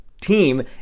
team